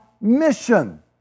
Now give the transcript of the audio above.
mission